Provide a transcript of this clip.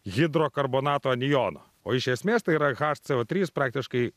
hidrokarbonato anijono o iš esmės tai yra hco trys praktiškai